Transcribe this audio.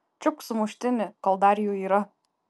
čiupk sumuštinį kol dar jų yra